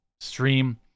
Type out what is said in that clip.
stream